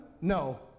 No